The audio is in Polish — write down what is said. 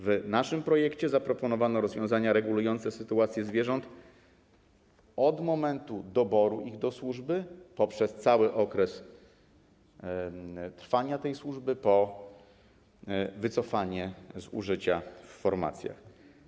W naszym projekcie zaproponowano rozwiązania regulujące sytuację zwierząt od momentu doboru ich do służby, poprzez cały okres trwania tej służby, aż po wycofanie z użycia w formacjach.